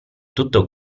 tutto